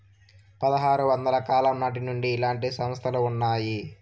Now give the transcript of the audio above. పదహారు వందల కాలం నాటి నుండి ఇలాంటి సంస్థలు ఉన్నాయి